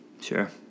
Sure